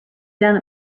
done